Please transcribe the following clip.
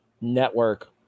network